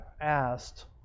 asked